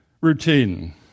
routine